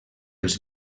els